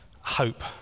hope